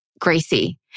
Gracie